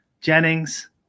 Jennings